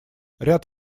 ряд